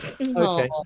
Okay